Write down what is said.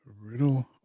Riddle